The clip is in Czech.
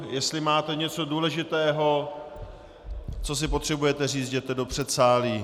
Jestli máte něco důležitého, co si potřebujete říct, jděte do předsálí.